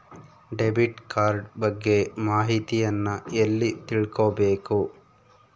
Debit card ಬಗ್ಗೆ ಮಾಹಿತಿಯನ್ನ ಎಲ್ಲಿ ತಿಳ್ಕೊಬೇಕು?